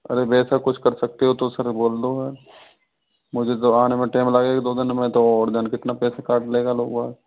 अरे वैसा कुछ कर सकते हो तो सर बोल दो यार मुझे तो आने में टैम लगेगा दो दिन में तो और जाने कितना पैसा काट लेगा लोग बाग